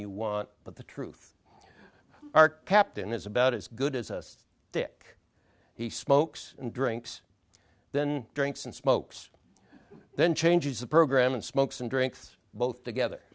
you want but the truth our captain is about as good as us dick he smokes and drinks then drinks and smokes then changes the program and smokes and drinks both together